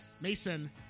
Mason